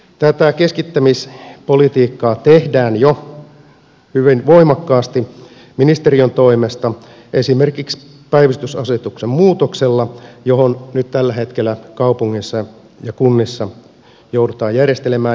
tätä keskittämispolitiikkaa tehdään jo hyvin voimakkaasti ministeriön toimesta esimerkiksi päivystysasetuksen muutoksella jonka takia nyt tällä hetkellä kaupungeissa ja kunnissa joudutaan järjestelemään